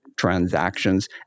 transactions